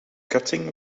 cutting